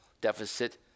deficit